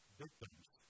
victims